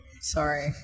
Sorry